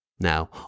Now